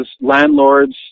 landlords